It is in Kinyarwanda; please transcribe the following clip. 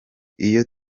iyo